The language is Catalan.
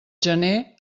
gener